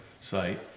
site